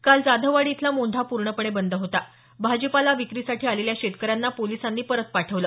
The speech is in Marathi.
काल जाधववाडी इथला मोंढा पूर्णपणे बंद होता भाजीपाला विक्रीसाठी आलेल्या शेतकऱ्यांना पोलिसांनी परत पाठवलं